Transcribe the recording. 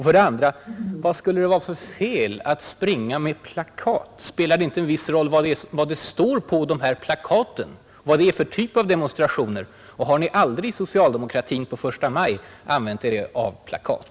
För det andra: Vad skulle det vara för fel att ”springa med plakat”? Spelar det inte en viss roll vad det står på de här plakaten och vad det är för typ av demonstration? Har ni aldrig i socialdemokratin på första maj använt er av plakat?